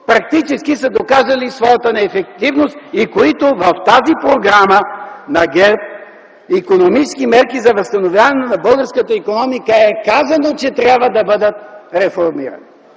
практически са доказали своята неефективност и за които в тази програма на ГЕРБ - „Икономически мерки за възстановяване на българската икономика”, е казано, че трябва да бъдат реформирани.